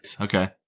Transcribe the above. Okay